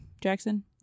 Jackson